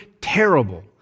terrible